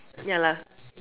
ya lah